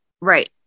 Right